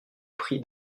prient